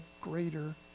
greater